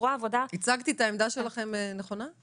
משרד האוצר, הצגתי את העמדה שלכם נכונה?